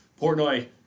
Portnoy